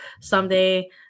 someday